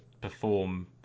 perform